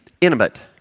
intimate